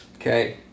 Okay